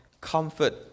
comfort